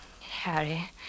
Harry